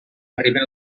arriben